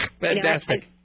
Fantastic